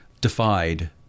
defied